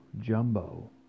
jumbo